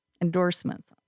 endorsements